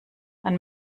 man